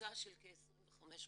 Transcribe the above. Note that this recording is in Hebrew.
לקבוצה של כ-25 מזכירות.